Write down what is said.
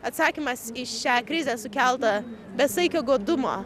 atsakymas į šią krizę sukeltą besaikio godumo